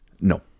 No